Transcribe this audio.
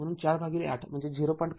म्ह्णून ४ भागिले ८ म्हणजे ०